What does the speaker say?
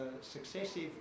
successive